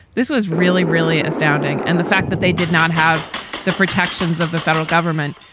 this was really, really astounding. and the fact that they did not have the protections of the federal government,